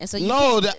No